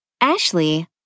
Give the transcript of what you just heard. Ashley